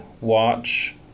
watch